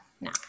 now